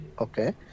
Okay